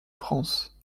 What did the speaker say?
france